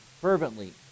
fervently